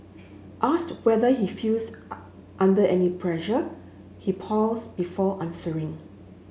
asked whether he feels under any pressure he pauses before answering